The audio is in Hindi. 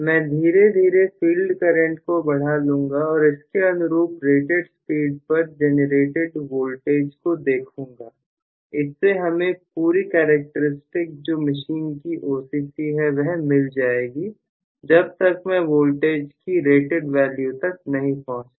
मैं धीरे धीरे फील्ड करंट को बढ़ा लूंगा और इसके अनुरूप रेटेड स्पीड पर जेनरेटेड वोल्टेज को देखूंगा इससे हमें पूरी कैरेक्टर स्टिक्स जो मशीन की OCC है वह मिल जाएगी जब तक मैं वोल्टेज की रेटड वैल्यू तक नहीं पहुंचता